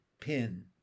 Pin